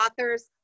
authors